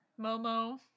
Momo